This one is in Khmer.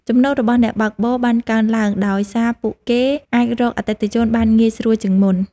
ចំណូលរបស់អ្នកបើកបរបានកើនឡើង ដោយសារពួកគេអាចរកអតិថិជនបានងាយស្រួលជាងមុន។